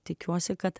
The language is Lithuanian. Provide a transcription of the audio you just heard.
tikiuosi kad